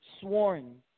sworn